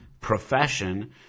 profession